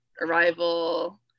Arrival